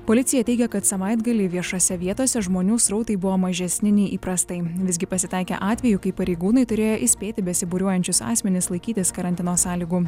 policija teigia kad savaitgalį viešose vietose žmonių srautai buvo mažesni nei įprastai visgi pasitaikė atvejų kai pareigūnai turėjo įspėti besibūriuojančius asmenis laikytis karantino sąlygų